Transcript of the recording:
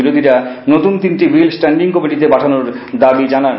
বিরোধিরা নতুন তিনটি bill standing কমিটিতে পাঠানোর দাবি জানান